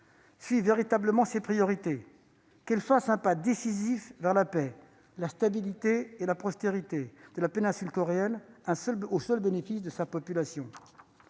ces questions sa priorité et qu'elle fasse un pas décisif vers la paix, la stabilité et la prospérité de la péninsule coréenne, pour le seul bénéfice de sa population.